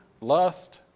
lust